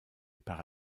par